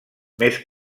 més